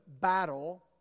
battle